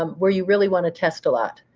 um where you really want to test a lot.